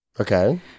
Okay